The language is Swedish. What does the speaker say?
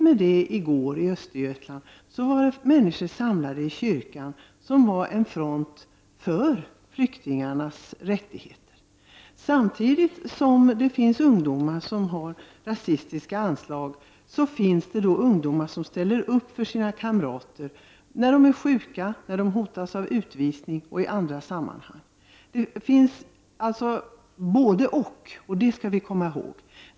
I går var människor samlade i en kyrka i Östergötland och bildade en front för flyktingars rättigheter. Samtidigt som det finns ungdomar som visar rasistiska tendenser, finns det ungdomar som ställer upp för sina kamrater när de är sjuka, när de är hotade av utvisning och i andra sammanhang. Det finns alltså både — och, och det skall vi komma ihåg.